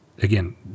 Again